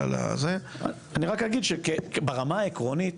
אני רק אגיד שברמה העקרונית,